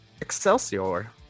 Excelsior